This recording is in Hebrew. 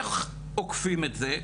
איך עוקפים את זה?